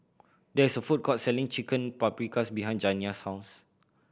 there is a food court selling Chicken Paprikas behind Janiah's house